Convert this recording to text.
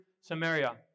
Samaria